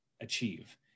achieve